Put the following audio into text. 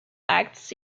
acts